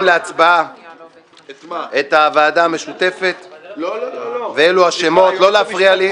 אני מעלה לדיון להצבעה את הוועדה המשותפת ואלו השמות לא להפריע לי.